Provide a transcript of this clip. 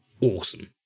awesome